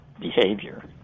behavior